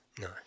No